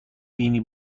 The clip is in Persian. بینی